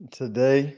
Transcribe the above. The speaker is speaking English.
today